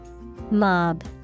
Mob